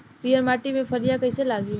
पीयर माटी में फलियां कइसे लागी?